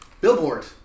billboard